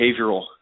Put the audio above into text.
behavioral